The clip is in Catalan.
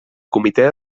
comitè